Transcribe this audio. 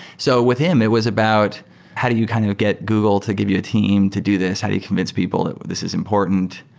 so with him, it was about how do you kind of get google to give you a team to do this? how do you convince people that this is important?